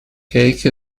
cake